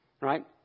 right